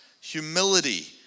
humility